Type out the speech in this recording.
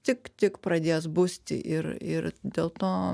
tik tik pradės busti ir ir dėl to